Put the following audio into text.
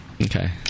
Okay